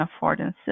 affordances